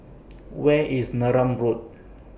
Where IS Neram Road